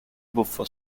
buffo